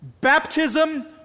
baptism